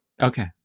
Okay